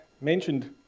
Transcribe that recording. mentioned